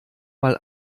mal